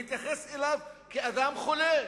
ושמתייחסים אליו כאל אדם חולה,